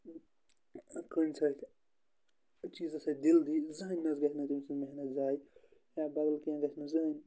کُنہِ سۭتۍ چیٖزَس سۭتۍ دِل دی زٕہٕنۍ حظ گژھِ نہٕ تٔمۍ سٕنٛز محنت زایہِ یا بدل کینٛہہ گژھِ نہٕ زٕہٕنۍ